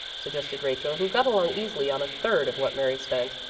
suggested rachel, who got along easily on a third of what mary spent.